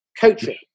Coaching